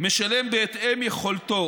משלם בהתאם ליכולתו